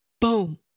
boom